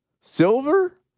silver